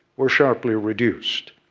were sharply reduced,